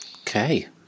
okay